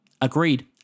Agreed